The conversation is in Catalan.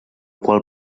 qual